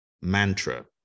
mantra